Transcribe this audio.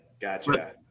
Gotcha